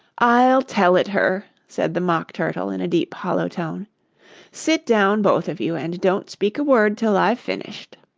i'll tell it her said the mock turtle in a deep, hollow tone sit down, both of you, and don't speak a word till i've finished